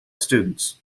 students